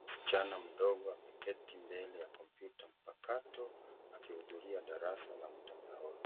Msichana mdogo ameketi mbele ya kompyuta mpakato, akihudhuria darasa la mtandaoni.